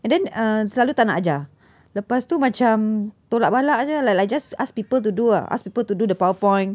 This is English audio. and then uh selalu tak nak ajar lepas tu macam tolak balak jer lah like like just ask people to do ah ask people to do the powerpoint